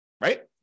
Right